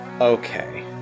Okay